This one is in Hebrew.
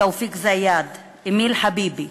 תופיק זיאד, אמיל חביבי,